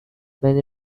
many